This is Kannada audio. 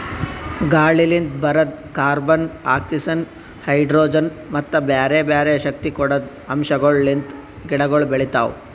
ಗಾಳಿಲಿಂತ್ ಬರದ್ ಕಾರ್ಬನ್, ಆಕ್ಸಿಜನ್, ಹೈಡ್ರೋಜನ್ ಮತ್ತ ಬ್ಯಾರೆ ಬ್ಯಾರೆ ಶಕ್ತಿ ಕೊಡದ್ ಅಂಶಗೊಳ್ ಲಿಂತ್ ಗಿಡಗೊಳ್ ಬೆಳಿತಾವ್